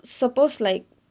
supposed like